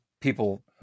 people